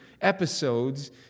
episodes